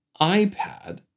iPad